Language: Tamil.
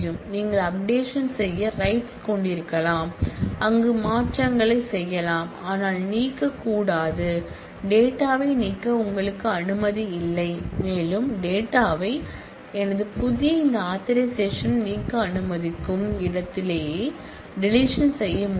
நீங்கள் அப்டேஷன் செய்ய ரைட் கொண்டிருக்கலாம் அங்கு மாற்றங்களைச் செய்யலாம் ஆனால் நீக்கக் கூடாது டேட்டா வை நீக்க உங்களுக்கு அனுமதி இல்லை மேலும் டேட்டா யும் எனது புதிய இந்த ஆதரைசேஷன் யும் நீக்க அனுமதிக்கும் இடத்திலேயே டெலிஷன் செய்ய முடியும்